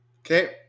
Okay